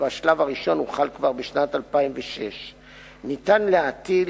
והשלב הראשון הוחל כבר בשנת 2006. ניתן להטיל